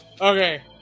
okay